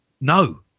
No